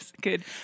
Good